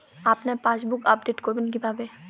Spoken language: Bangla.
আপনার পাসবুক আপডেট করবেন কিভাবে?